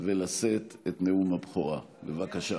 ולשאת את נאום הבכורה, בבקשה.